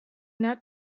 knelt